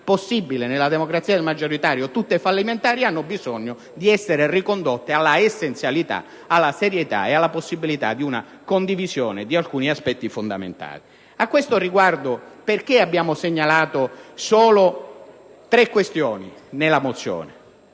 possibili nella democrazia del maggioritario (tutte fallimentari), ha bisogno di ricondurre tali strade all'essenzialità, alla serietà e alla possibilità di una condivisione di alcuni aspetti fondamentali. A tale riguardo, perché abbiamo segnalato solo tre questioni nella mozione?